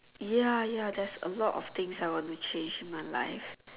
ya ya there's a lot of things I want to change in my life